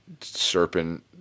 serpent